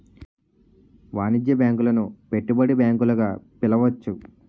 వాణిజ్య బ్యాంకులను పెట్టుబడి బ్యాంకులు గా పిలవచ్చు